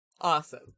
Awesome